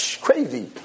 crazy